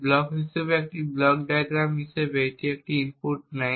block হিসাবে একটি block diagram হিসাবে এটি একটি ইনপুট নেয়